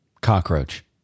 Cockroach